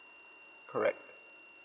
correct